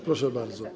Proszę bardzo.